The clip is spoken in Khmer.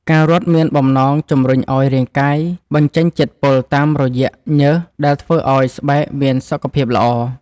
ការរត់មានបំណងជម្រុញឱ្យរាងកាយបញ្ចេញជាតិពុលតាមរយៈញើស ដែលធ្វើឱ្យស្បែកមានសុខភាពល្អ។